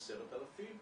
ב-10,000,